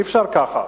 אי-אפשר ככה.